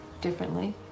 differently